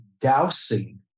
dousing